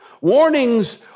Warnings